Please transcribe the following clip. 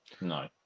No